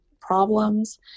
problems